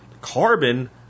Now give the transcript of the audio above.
Carbon